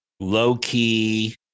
low-key